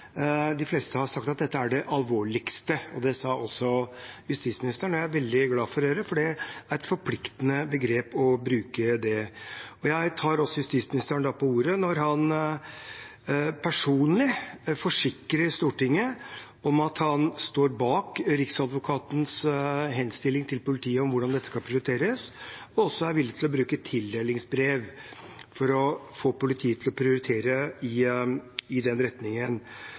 de fleste har sagt at dette er det alvorligste. Det sa også justisministeren, og det er jeg veldig glad for å høre, for det er et forpliktende begrep å bruke. Jeg tar da justisministeren på ordet når han personlig forsikrer Stortinget om at han står bak Riksadvokatens henstilling til politiet om hvordan dette skal prioriteres, og også er villig til å bruke tildelingsbrev for å få politiet til å prioritere i den retningen.